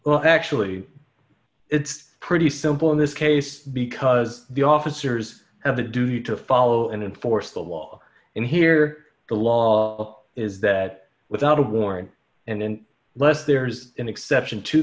well actually it's pretty simple in this case because the officers have a duty to follow and enforce the law and here the law is that without a warrant and then left there's an exception to